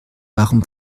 warum